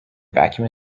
vacuum